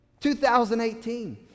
2018